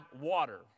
water